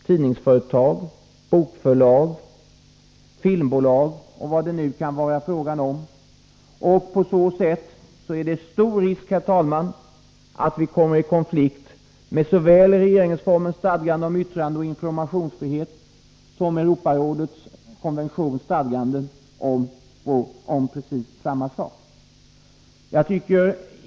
tidningsföretag, bokförlag, filmbolag —- och därmed är det stor risk att vi kommer i konflikt med såväl regeringsformens stadganden om yttrandeoch informationsfrihet som Europarådskonventionens stadganden om samma sak.